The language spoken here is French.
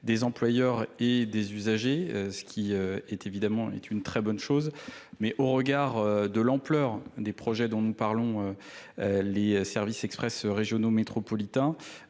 des employeurs et des usagers, ce qui est évidemment une très bonne chose mais au regard de l'ampleur des projets dont nous parlons. les services express régionaux, et des